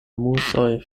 musoj